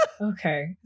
okay